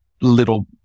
Little